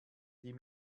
die